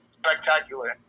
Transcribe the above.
spectacular